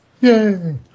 Yay